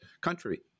country